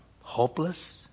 hopeless